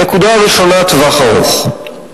הנקודה הראשונה: טווח ארוך.